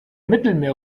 mittelmeer